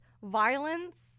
violence